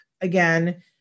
again